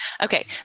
Okay